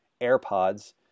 AirPods